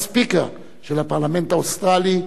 ה-Speaker של הפרלמנט האוסטרלי,